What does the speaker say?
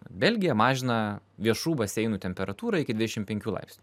belgija mažina viešų baseinų temperatūrą iki dvidešim penkių laipsnių